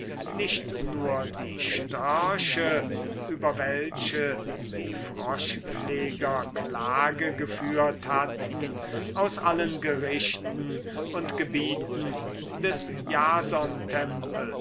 nicht nur die störche über welche die froschpfleger klage geführt hatten aus allen gerichten und gebieten des